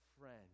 friend